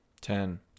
Ten